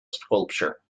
sculpture